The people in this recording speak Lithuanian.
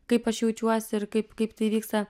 kaip aš jaučiuosi ir kaip kaip tai įvyksta